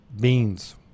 beans